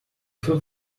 für